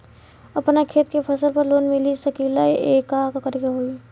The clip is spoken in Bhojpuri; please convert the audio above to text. अपना खेत के फसल पर लोन मिल सकीएला का करे के होई?